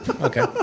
Okay